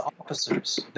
officers